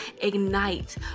ignite